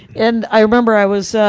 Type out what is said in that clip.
and i remember i was ah,